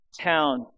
town